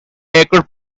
acre